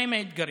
מהם האתגרים?